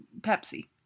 Pepsi